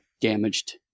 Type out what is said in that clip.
damaged